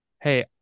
Hey